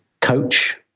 coach